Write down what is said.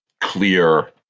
clear